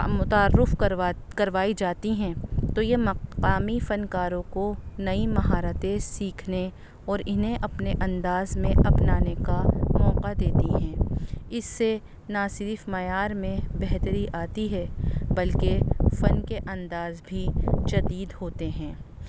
متعارف کروات کروائی جاتی ہیں تو یہ مقامی فنکاروں کو نئی مہارتیں سیکھنے اور انہیں اپنے انداز میں اپنانے کا موقع دیتی ہیں اس سے نا صرف معیار میں بہتری آتی ہے بلکہ فن کے انداز بھی جدید ہوتے ہیں